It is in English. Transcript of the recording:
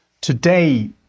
Today